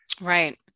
Right